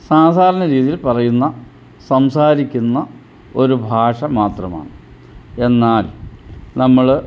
സാധാരണ രീതിയിൽ പറയുന്ന സംസാരിക്കുന്ന ഒരു ഭാഷ മാത്രമാണ് എന്നാൽ നമ്മൾ